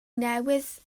newydd